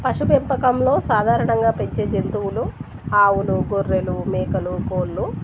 పశు పెంపకంలో సాధారణంగా పెంచే జంతువులు ఆవులు గొర్రెలు మేకలు కోళ్ళు